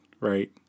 right